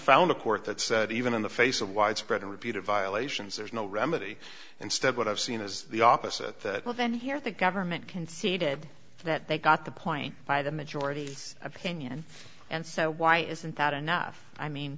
found a court that said even in the face of widespread and repeated violations there's no remedy instead what i've seen is the opposite of and here the government conceded that they got the point by the majority opinion and so why isn't that enough i mean